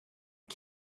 was